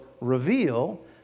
reveal